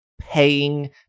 paying